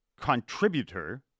contributor